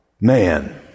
man